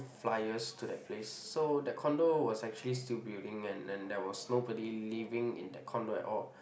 flyers to that place so that condo was actually still building and and there was nobody living at the condo at all